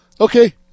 Okay